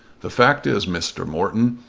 the fact is, mr. morton,